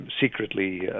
secretly